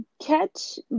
catch